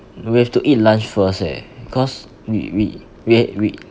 we have to eat lunch first eh cause we we we we